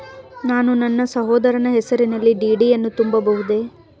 ನಾನು ನನ್ನ ಸಹೋದರನ ಹೆಸರಿನಲ್ಲಿ ಡಿ.ಡಿ ಯನ್ನು ತೆಗೆಯಬಹುದೇ?